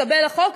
התקבל החוק.